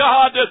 God